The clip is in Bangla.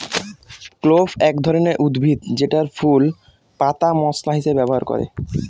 ক্লোভ এক ধরনের উদ্ভিদ যেটার ফুল, পাতা মশলা হিসেবে ব্যবহার করে